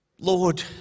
lord